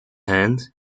hand